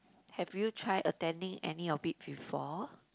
have you try attending any of it before